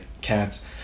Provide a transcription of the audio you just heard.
cats